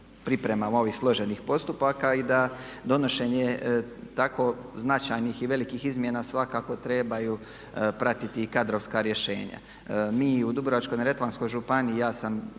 pripremama ovih složenih postupaka i da donošenje tako značajnih i velikih izmjena svakako trebaju pratiti i kadrovska rješenja. Mi u Dubrovačko-neretvanskoj županiji, ja sam